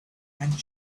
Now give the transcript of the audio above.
and